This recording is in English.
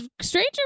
stranger